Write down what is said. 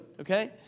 okay